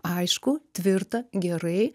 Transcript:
aišku tvirta gerai